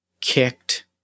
kicked